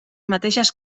mateixes